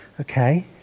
Okay